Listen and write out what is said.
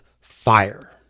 fire